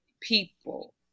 people